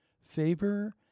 favor